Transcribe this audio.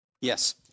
Yes